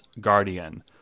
Guardian